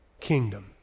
kingdom